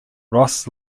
ross